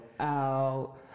out